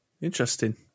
interesting